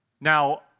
Now